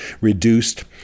reduced